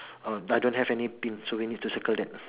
oh but I don't have any pin so we need to circle that